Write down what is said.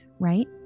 right